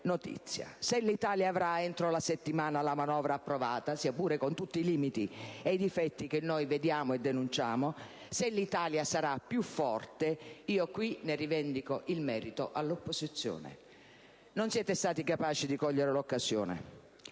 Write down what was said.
notizia. Se l'Italia avrà entro la settimana la manovra approvata, sia pure con tutti i limiti e i difetti che vediamo e denunciamo, se l'Italia sarà più forte, io qui ne rivendico il merito all'opposizione. Non siete stati di capace di cogliere l'occasione.